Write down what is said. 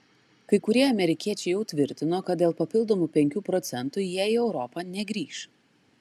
kai kurie amerikiečiai jau tvirtino kad dėl papildomų penkių procentų jie į europą negrįš